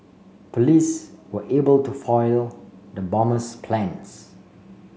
police were able to foil the bomber's plans